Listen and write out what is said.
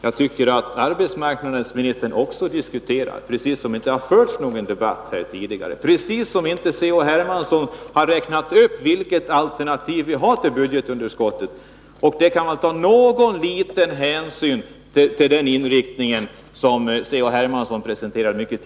Jag tycker att arbetsmarknadsministern diskuterar som om det inte har förts någon debatt tidigare, som om Carl-Henrik Hermansson inte har nämnt vårt alternativ till budgetunderskottet.